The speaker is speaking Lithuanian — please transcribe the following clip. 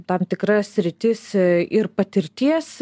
tam tikra sritis ir patirties